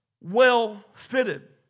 well-fitted